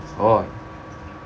oh